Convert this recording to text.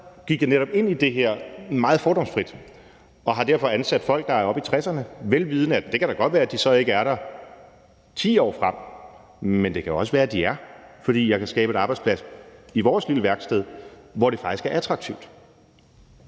gik jeg netop ind i det her meget fordomsfrit, og jeg har derfor ansat folk, der er oppe i 60'erne, vel vidende at det da godt kan være, at de så ikke er der 10 år frem, men det kan også være, at de er, fordi jeg kan skabe en arbejdsplads i vores lille værksted, hvor det faktisk er attraktivt